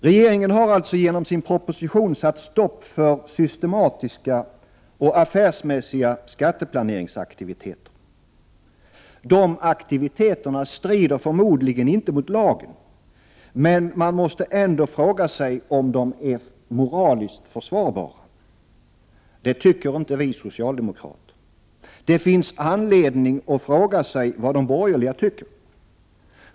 Regeringen har alltså genom sin proposition satt stopp för systematiska och affärsmässiga skatteplaneringsaktiviteter. De strider förmodligen inte mot lagen, men man måste ändå fråga sig om de är moraliskt försvarbara. Det tycker inte vi socialdemokrater. Det finns anledning att fråga sig vad de borgerliga tycker.